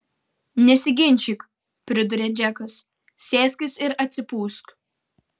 nesiginčyk priduria džekas sėskis ir atsipūsk